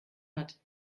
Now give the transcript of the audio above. hat